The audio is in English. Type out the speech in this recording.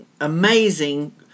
amazing